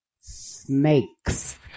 snakes